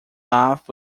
off